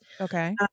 Okay